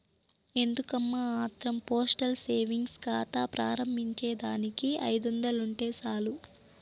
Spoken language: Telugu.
ఎందుకమ్మా ఆత్రం పోస్టల్ సేవింగ్స్ కాతా ప్రారంబించేదానికి ఐదొందలుంటే సాలు